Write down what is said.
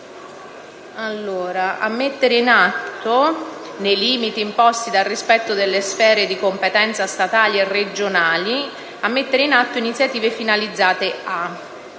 a mettere in atto, nei limiti imposti dal rispetto delle sfere di competenza statali e regionali, a mettere in atto